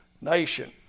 nation